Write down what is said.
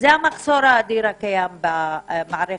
מהמחסור האדיר ברופאים,